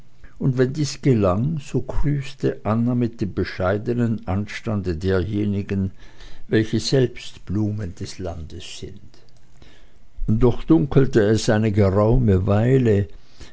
und wenn dies gelang so grüßte anna mit dem bescheidenen anstande derjenigen welche selbst blumen des landes sind doch dunkelte es eine geraume weile